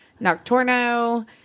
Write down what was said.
Nocturno